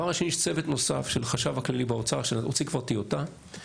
יש צוות נוסף של החשב הכללי באוצר שהוציא כבר טיוטה,